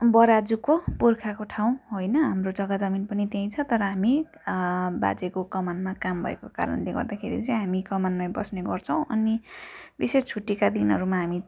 बराजुको पुर्खाको ठाउँ होइन हाम्रो जग्गा जमिन पनि त्यहीँ छ तर हामी बाजेको कमानमा काम भएको कारणले गर्दाखेरि चाहिँ हामी कमानमै बस्ने गर्छौँ अनि विशेष छुट्टीका दिनहरूमा हामी